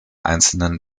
einzelnen